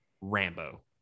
Rambo